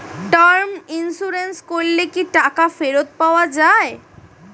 Term insurance করলে কি টাকা ফেরত পাওয়া যায়?